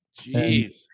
Jeez